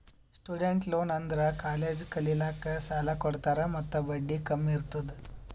student loan ಅಂದುರ್ college ಕಲಿಲ್ಲಾಕ್ಕ್ ಸಾಲ ಕೊಡ್ತಾರ ಮತ್ತ ಬಡ್ಡಿ ಕಮ್ ಇರ್ತುದ್